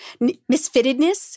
misfittedness